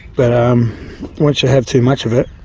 but um once you have too much of it,